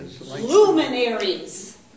luminaries